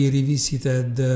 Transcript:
Revisited